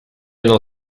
non